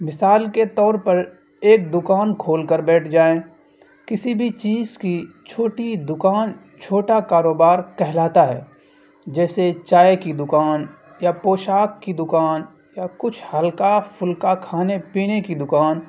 مثال کے طور پر ایک دکان کھول کر بیٹھ جائیں کسی بھی چیز کی چھوٹی دکان چھوٹا کاروبار کہلاتا ہے جیسے چائے کی دکان یا پوشاک کی دکان یا کچھ ہلکا پھلکا کھانے پینے کی دکان